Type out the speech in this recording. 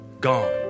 gone